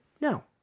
No